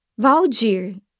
Valdir